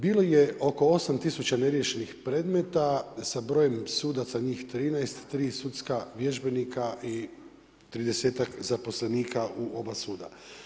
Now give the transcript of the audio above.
Bilo je oko 8 tisuća neriješenih predmeta sa brojem sudaca njih 13 i 3 sudska vježbenika i 30-ak zaposlenika u oba suda.